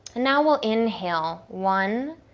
now we'll inhale one,